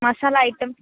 masala item